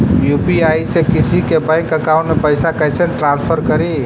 UPI से किसी के बैंक अकाउंट में पैसा कैसे ट्रांसफर करी?